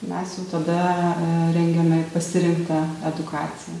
mes jau tada rengiame ir pasirinktą edukaciją